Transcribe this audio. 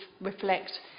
reflect